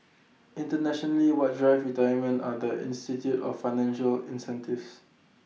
internationally what drives retirement are the institute of financial incentives